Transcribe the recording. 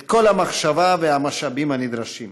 את כל המחשבה והמשאבים הנדרשים.